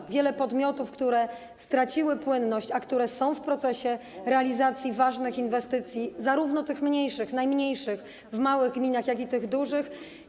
Jest wiele podmiotów, które straciły płynność, a które są w procesie realizacji ważnych inwestycji, zarówno tych mniejszych, najmniejszych, w małych gminach, jak i tych dużych.